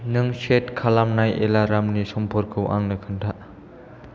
नों सेट खालामनाय एलारामनि समफोरखौ आंनो खोन्था